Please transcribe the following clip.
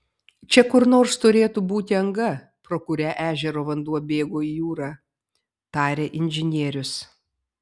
čia kur nors turėtų būti anga pro kurią ežero vanduo bėgo į jūrą tarė inžinierius